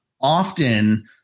often